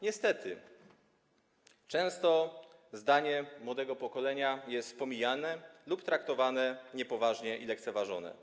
Niestety, często zdanie młodego pokolenia jest pomijane, traktowane niepoważnie lub lekceważone.